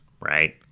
right